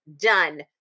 done